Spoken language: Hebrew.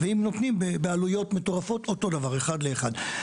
ואם נותנים, בעלויות מטורפות, אותו דבר אחד לאחד.